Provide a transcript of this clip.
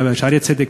ב"שערי צדק",